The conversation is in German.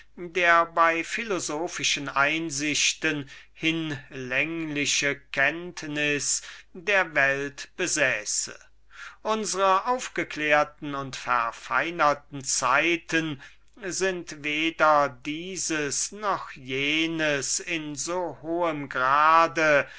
der bei philosophischen einsichten eine hinlängliche kenntnis der welt besäße unsre aufgeklärten und politen zeiten sind weder dieses noch jenes in so hohem grade